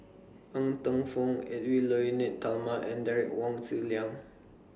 Ng Teng Fong Edwy Lyonet Talma and Derek Wong Zi Liang